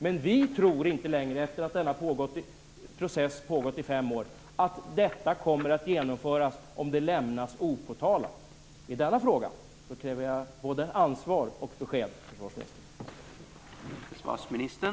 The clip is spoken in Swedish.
Men vi tror inte längre, efter det att denna process har pågått i fem år, att detta kommer att genomföras om det lämnas opåtalat. I denna fråga kräver jag både ansvar och besked, försvarsministern.